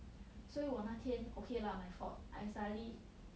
所以我那天 okay lah my fault I suddenly